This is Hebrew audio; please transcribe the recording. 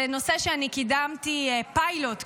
זה נושא שאני קידמתי פיילוט,